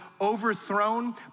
overthrown